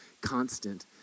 constant